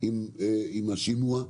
עם השימוע.